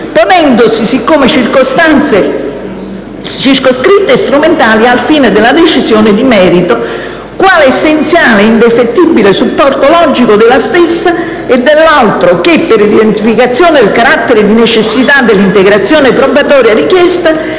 ponendosi, siccome circoscritte e strumentali, ai fini della decisione di merito, quale essenziale e indefettibile supporto logico della stessa e dall'altro che, per l'identificazione del carattere di necessità dell'integrazione probatoria richiesta,